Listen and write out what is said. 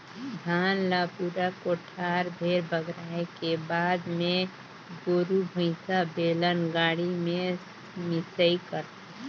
धान ल पूरा कोठार भेर बगराए के बाद मे गोरु भईसा, बेलन गाड़ी में मिंसई करथे